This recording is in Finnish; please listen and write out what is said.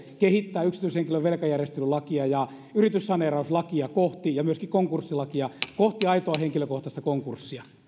kehittää yksityishenkilön velkajärjestelylakia yrityssaneerauslakia ja myöskin konkurssilakia kohti aitoa henkilökohtaista konkurssia